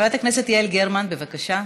חברת הכנסת יעל גרמן, בבקשה.